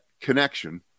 connection